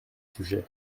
sujet